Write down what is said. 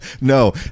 no